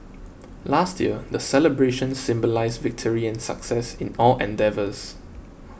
last year the celebrations symbolised victory and success in all endeavours